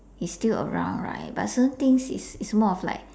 he's still around right but certain things is is more of like